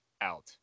out